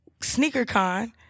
SneakerCon